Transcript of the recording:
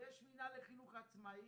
ויש מינהל לחינוך עצמאי,